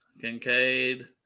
Kincaid